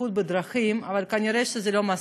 לבטיחות בדרכים, אבל כנראה זה לא מספיק.